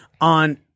on